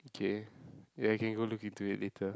K ya I can go look into it later